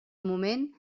moment